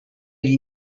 gli